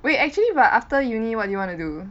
wait actually but after uni what do you want to do